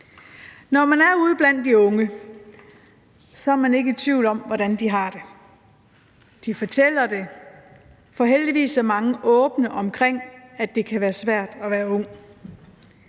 Når man er ude blandt de unge, er man ikke i tvivl om, hvordan de har det. De fortæller det, for heldigvis er mange åbne omkring, at det kan være svært at være ung.